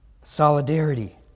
Solidarity